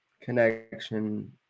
connection